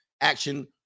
action